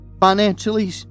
financially